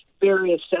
various